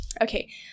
Okay